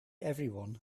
everyone